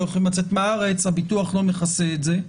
יכולים לצאת מהארץ הביטוח לא מכסה את זה.